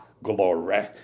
Glory